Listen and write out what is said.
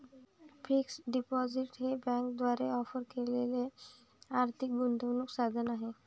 fixed deposit हे बँकांद्वारे offer केलेले आर्थिक गुंतवणूक साधन आहे